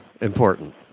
important